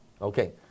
okay